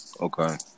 Okay